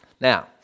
Now